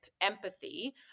empathy